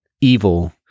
evil